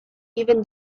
even